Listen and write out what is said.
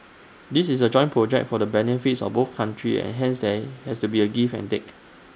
this is A joint project for the benefits of both countries and hence there has to be A give and take